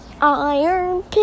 Iron